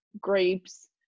grapes